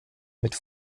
mit